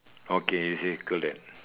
okay you circle that